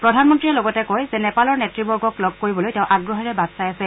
প্ৰধানমন্ত্ৰীয়ে লগতে কয় যে নেপালৰ নেতৃবৰ্গক লগ কৰিবলৈ তেওঁ আগ্ৰহেৰে বাট চাই আছে